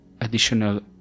additional